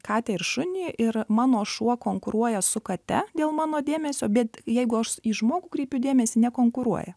katę ir šunį ir mano šuo konkuruoja su kate dėl mano dėmesio bet jeigu aš į žmogų kreipiu dėmesį nekonkuruoja